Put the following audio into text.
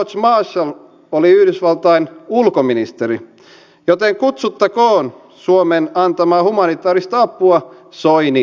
george marshall oli yhdysvaltain ulkoministeri joten kutsuttakoon suomen antamaa humanitaarista apua soini avuksi